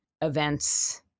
events